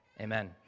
Amen